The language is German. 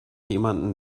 jemanden